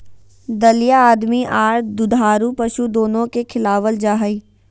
दलिया आदमी आर दुधारू पशु दोनो के खिलावल जा हई,